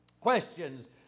questions